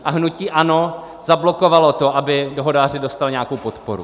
A hnutí ANO zablokovalo to, aby dohodáři dostali nějakou podporu.